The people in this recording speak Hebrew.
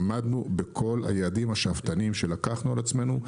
עמדנו בכל היעדים השאפתניים שלקחנו על עצמנו.